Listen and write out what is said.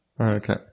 Okay